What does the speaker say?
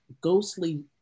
ghostly